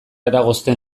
eragozten